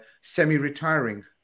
semi-retiring